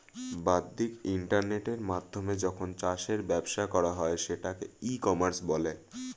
বাদ্দিক ইন্টারনেটের মাধ্যমে যখন চাষের ব্যবসা করা হয় সেটাকে ই কমার্স বলে